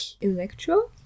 electro